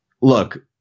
look